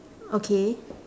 okay